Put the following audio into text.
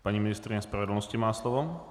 Paní ministryně spravedlnosti má slovo.